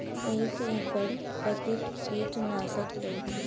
एक एकड़ कतेक किट नाशक लगही?